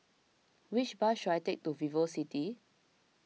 which bus should I take to VivoCity